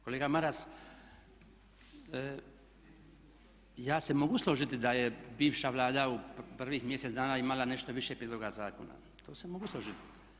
Kolega Maras ja se mogu složiti da je bivša Vlada u prvih mjesec dana imala nešto više prijedloga zakona, to se mogu složiti.